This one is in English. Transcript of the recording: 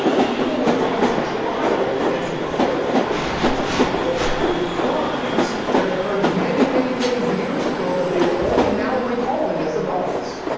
people were going to trial and to court charging people with crimes that occurred many, many many years ago that they were only now recalling as adults.